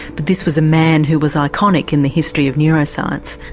but this was a man who was iconic in the history of neuroscience.